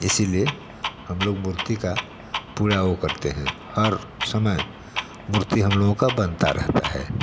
इसीलिए हम लोग मूर्ति का पूरा वो करते हैं हर समय मूर्ति हम लोगों का बनता रहता है